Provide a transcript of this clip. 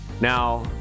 now